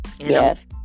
Yes